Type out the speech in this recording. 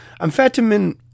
Amphetamine